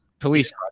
Police